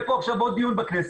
יהיה פה עכשיו עוד דיון בכנסת,